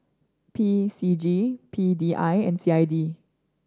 P C G P D I and C I D